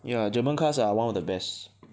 ya German cars are one of the best